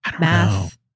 math